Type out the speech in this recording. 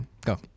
go